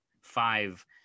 five